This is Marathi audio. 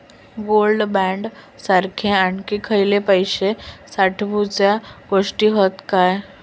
गोल्ड बॉण्ड सारखे आणखी खयले पैशे साठवूचे गोष्टी हत काय?